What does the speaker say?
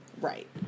Right